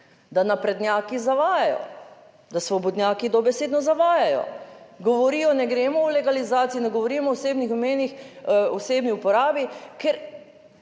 da naprednjaki zavajajo, da svobodnjaki dobesedno zavajajo, govorijo, ne gremo o legalizaciji, ne govorimo o osebnih imenih, o